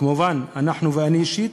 כמובן, אנחנו, ואני אישית,